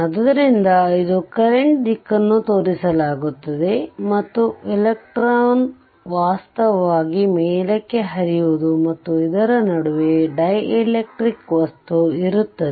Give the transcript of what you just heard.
ಆದ್ದರಿಂದ ಇದು ಕರೆಂಟ್ದಿಕ್ಕನ್ನು ತೋರಿಸಲಾಗುತ್ತದೆ ಮತ್ತು ಎಲೆಕ್ಟ್ರಾನ್ ವಾಸ್ತವವಾಗಿ ಮೇಲಕ್ಕೆ ಹರಿಯುವುದು ಮತ್ತು ಇದರ ನಡುವೆ ಡೈಎಲೆಕ್ಟ್ರಿಕ್ ವಸ್ತು ಇರುತ್ತದೆ